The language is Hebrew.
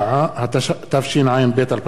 התשע"ב 2012,